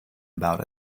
about